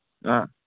ꯑꯥ